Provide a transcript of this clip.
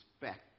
respect